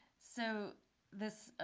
so this,